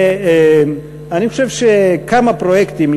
ואני חושב שכמה פרויקטים,